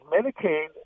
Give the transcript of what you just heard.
Medicaid